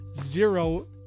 zero